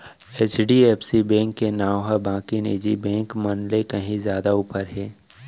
HDFC bank के नांव ह बाकी निजी बेंक मन ले कहीं जादा ऊपर हे